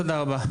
תודה.